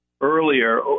earlier